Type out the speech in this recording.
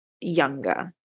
younger